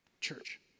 church